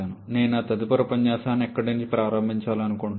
నేను నా తదుపరి ఉపన్యాసాన్ని ఇక్కడ నుండి ప్రారంభించాలనుకుంటున్నాను